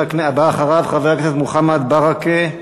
הבא אחריו, חבר הכנסת מוחמד ברכה,